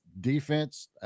defense